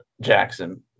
jackson